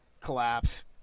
collapse